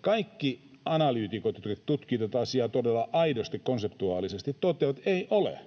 kaikki analyytikot, jotka tutkivat tuota asiaa todella aidosti, konseptuaalisesti, toteavat, että ei ole.